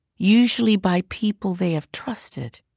usually by people they have trusted,